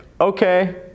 okay